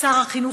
ושר החינוך,